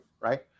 right